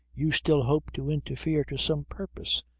you still hope to interfere to some purpose.